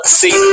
see